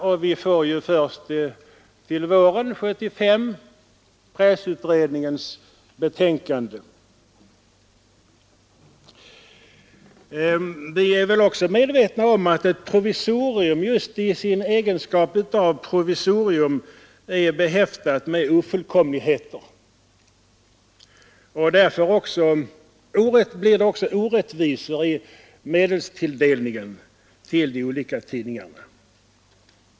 Först till våren 1975 föreligger pressutredningens betänkande. Vi är också medvetna om att ett provisorium just i sin egenskap av provisorium är behäftat med ofullkomligheter. Därför blir det också orättvisor i medelstilldelningen till de olika tidningarna.